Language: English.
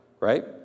Right